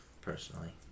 Personally